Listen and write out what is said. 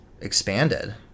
expanded